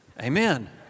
Amen